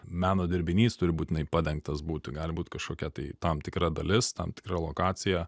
meno dirbinys turi būtinai padengtas būti gali būt kažkokia tai tam tikra dalis tam tikra lokacija